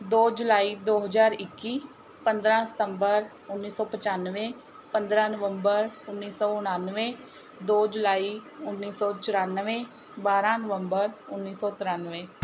ਦੋ ਜੁਲਾਈ ਦੋ ਹਜ਼ਾਰ ਇੱਕੀ ਪੰਦਰ੍ਹਾਂ ਸਤੰਬਰ ਉੱਨੀ ਸੌ ਪਚਾਨਵੇਂ ਪੰਦਰ੍ਹਾਂ ਨਵੰਬਰ ਉੱਨੀ ਸੌ ਉਣਾਨਵੇਂ ਦੋ ਜੁਲਾਈ ਉੱਨੀ ਸੌ ਚੁਰਾਨਵੇਂ ਬਾਰ੍ਹਾਂ ਨਵੰਬਰ ਉੱਨੀ ਸੌ ਤ੍ਰਿਆਨਵੇਂ